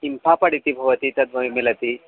किम्फापड् इति भवति तद्वयं मिलति